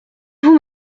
vous